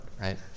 right